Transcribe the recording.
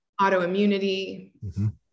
Autoimmunity